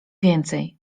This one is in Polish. więcej